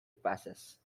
process